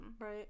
right